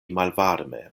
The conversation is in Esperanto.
malvarme